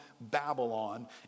Babylon